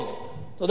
תודה רבה, אדוני.